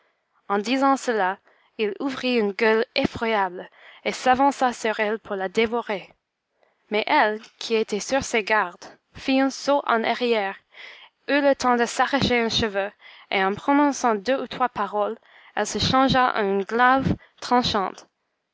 en disant cela il ouvrit une gueule effroyable et s'avança sur elle pour la dévorer mais elle qui était sur ses gardes fit un saut en arrière eut le temps de s'arracher un cheveu et en prononçant deux ou trois paroles elle se changea en un glaive tranchant